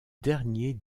dernier